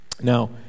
Now